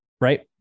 Right